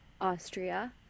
Austria